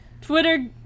Twitter